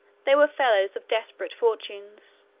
they were fellows of desperate fortunes,